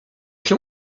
się